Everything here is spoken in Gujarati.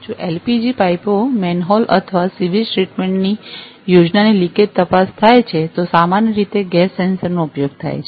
જો એલપીજી પાઈપો મેનહોલ અથવા સીવેજ ટ્રીટમેન્ટની યોજનાની લિકેજ તપાસ થાય છે તો સામાન્ય રીતે ગેસ સેન્સર નો ઉપયોગ થાય છે